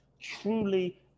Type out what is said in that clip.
truly